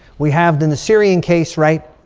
we have the syrian case, right?